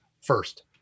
First